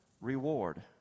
reward